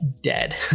dead